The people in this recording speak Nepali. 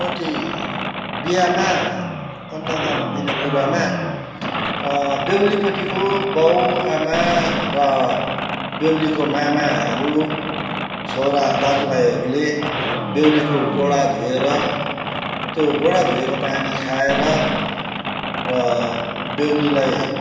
पट्टि बिहामा कन्यादान दिने कुरामा बेहुलीपट्टिको बाबुआमा र बेहुलीको मामाहरू छोरा दाजुभाइहरूले बेहुलीको गोडा धोएर त्यो गोडा धोएको पानी खाएर र बेहुलीलाई